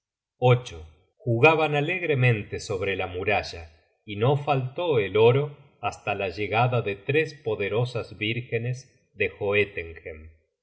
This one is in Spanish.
herramientas jugaban alegremente sobre la muralla y no faltó el oro hasta la llegada de tres poderosas vírgenes de